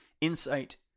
insight